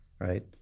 right